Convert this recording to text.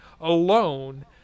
alone